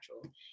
natural